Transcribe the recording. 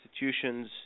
institutions